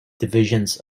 divisions